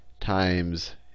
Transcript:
times